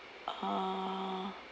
uh